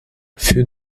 für